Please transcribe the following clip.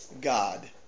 God